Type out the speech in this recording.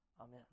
amen